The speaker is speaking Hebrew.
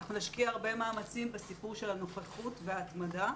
אנחנו נשקיע הרבה מאמצים בסיפור של הנוכחות וההתמדה,